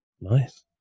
Nice